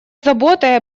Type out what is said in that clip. заботой